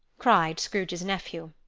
cried scrooge's nephew.